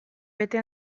bete